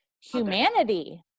humanity